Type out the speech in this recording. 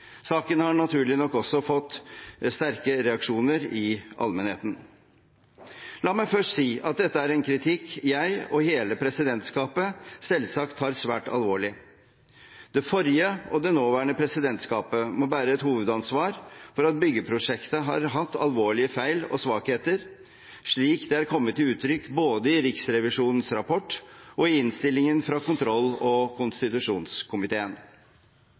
Saken har naturlig nok også fått sterke reaksjoner i allmennheten. La meg først si at dette er en kritikk jeg og resten av presidentskapet selvsagt tar svært alvorlig. Det forrige og det nåværende presidentskapet må bære et hovedansvar for at byggeprosjektet har hatt alvorlige feil og svakheter, slik det er kommet til uttrykk både i Riksrevisjonens rapport og i innstillingen fra kontroll- og konstitusjonskomiteen.